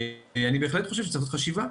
אני בהחלט חושב שצריך לעשות חשיבה.